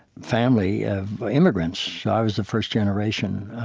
family of immigrants. i was the first generation,